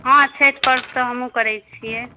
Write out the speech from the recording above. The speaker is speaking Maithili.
हॅं छठि पर्व सब हमहुँ करै छियै